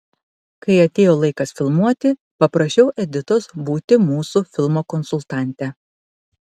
kai atėjo laikas filmuoti paprašiau editos būti mūsų filmo konsultante